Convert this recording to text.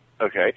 okay